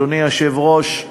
אדוני היושב-ראש,